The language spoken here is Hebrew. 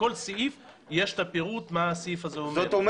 לכל סעיף יש את הפירוט מה הסעיף הזה אומר,